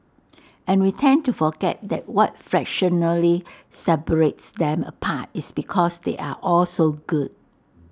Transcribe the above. and we tend to forget that what fractionally separates them apart is because they are all so good